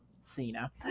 Cena